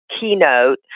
keynote